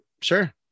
Sure